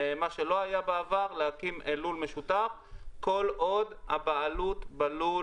מה שלא היה בעבר להקים לול משותף כל עוד הבעלות בלול